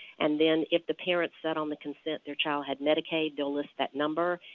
and then if the parent said on the consent their child had medicaid they will list that number.